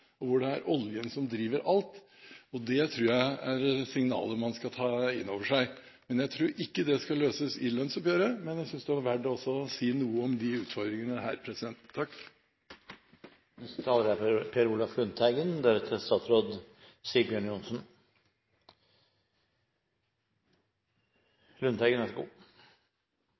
og hvor det er oljen som driver alt. Det tror jeg er signaler man skal ta inn over seg, men jeg tror ikke det skal løses i lønnsoppgjøret. Jeg synes det var verdt å si noe om de utfordringene her.